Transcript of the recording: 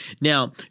Now